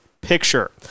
picture